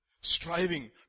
Striving